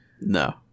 No